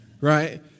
Right